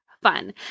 fun